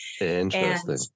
Interesting